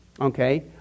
okay